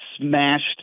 smashed